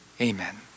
Amen